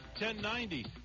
1090